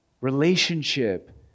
relationship